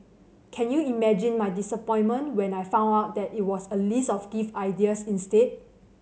can you imagine my disappointment when I found out that it was a list of gift ideas instead